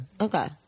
Okay